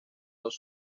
dos